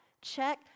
check